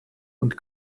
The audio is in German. und